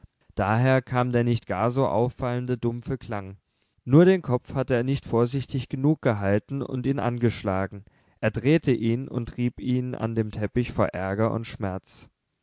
daher kam der nicht gar so auffallende dumpfe klang nur den kopf hatte er nicht vorsichtig genug gehalten und ihn angeschlagen er drehte ihn und rieb ihn an dem teppich vor ärger und schmerz